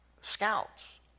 scouts